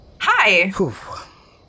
hi